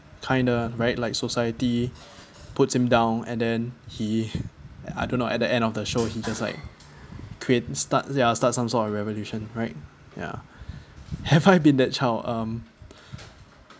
kinda right like society puts him down and then he I don't know at the end of the show he just like create start start some sort of revolution right ya have I been that child um